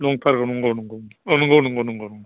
नंथारगौ नंगौ नंगौ औ नंगौ नंगौ नंगौ